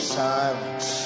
silence